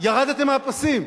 ירדתם מהפסים.